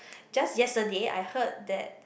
just yesterday I heard that